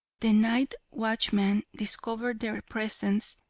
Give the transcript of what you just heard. the night watchman discovered their presence,